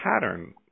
pattern